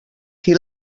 qui